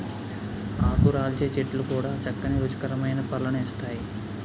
ఆకురాల్చే చెట్లు కూడా చక్కని రుచికరమైన పళ్ళను ఇస్తాయి